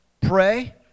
Pray